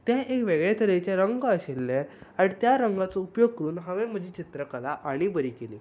ते आनीक वेगळे तरेचे रंग आशिल्ले आनी त्या रंगांचो उपयोग करून हांवें म्हजी चित्रकला आनी बरी केली